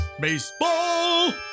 Baseball